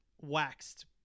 waxed